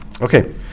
Okay